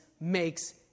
makes